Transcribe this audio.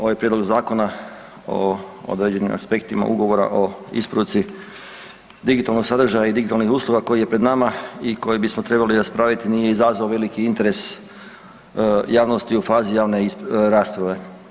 Ovaj prijedlog Zakona o određenim aspektima ugovora o isporuci digitalnog sadržaja i digitalnih usluga koji je pred nama i koji bismo trebali raspraviti nije izazvao veliki interes javnosti u fazi javne rasprave.